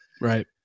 Right